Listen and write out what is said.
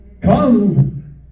Come